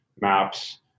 Maps